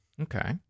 Okay